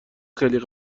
خیلی